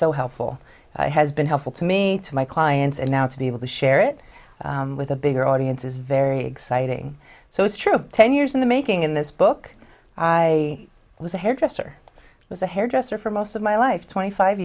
so helpful has been helpful to me to my clients and now to be able to share it with a bigger audience is very exciting so it's true ten years in the making in this book i was a hairdresser was a hairdresser for most of my life twenty five